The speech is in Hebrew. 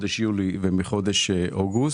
מחודש יולי ומחודש אוגוסט.